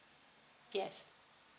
yes